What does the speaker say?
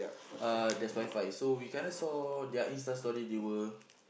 uh there's WiFi so we kinda saw their Insta story they were